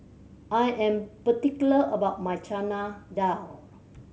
I am particular about my Chana Dal